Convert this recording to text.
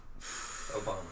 Obama